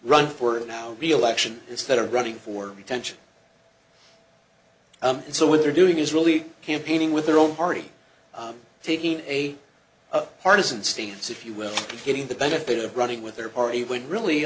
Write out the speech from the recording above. run for an hour reelection instead of running for retention and so what they're doing is really campaigning with their own party taking a partisan stance if you will getting the benefit of running with their party when really